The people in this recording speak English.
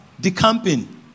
Decamping